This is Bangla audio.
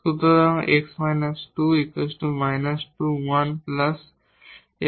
সুতরাং x − 2 2 1